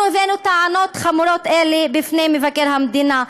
אנחנו הבאנו טענות חמורות אלה בפני מבקר המדינה.